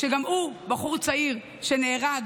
גם הוא בחור צעיר שנהרג